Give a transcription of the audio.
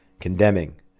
Condemning